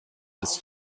ist